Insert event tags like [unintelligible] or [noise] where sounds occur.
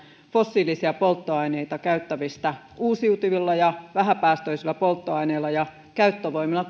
fossiilisia polttoaineita käyttäviä autojaan ja työkoneitaan uusiutuvilla ja vähäpäästöisillä polttoaineilla ja käyttövoimalla [unintelligible]